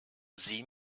sie